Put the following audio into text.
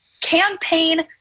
campaign